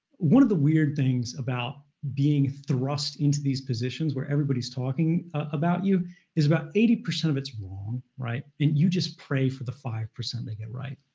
one of the weird things about being thrust into these positions where everybody's talking about you is about eighty percent of it's wrong. and you just pray for the five percent they get right.